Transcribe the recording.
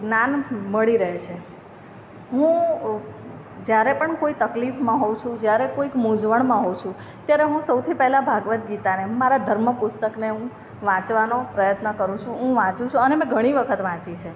જ્ઞાન મળી રહે છે હું જ્યારે પણ કોઈ તકલીફમાં હોઉં છું જ્યારે કોઈક મૂંઝવણમાં હોઉં છું ત્યારે હું સૌથી પહેલાં ભાગવદ્ ગીતાને મારા ધર્મ પુસ્તકને હું વાંચવાનો પ્રયત્ન કરું છું હું વાંચું છું અને મેં ઘણી વખત વાંચી છે